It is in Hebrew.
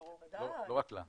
לא רק לה.